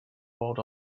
board